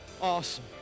Awesome